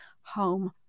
home